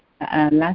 last